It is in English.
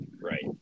Right